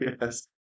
Yes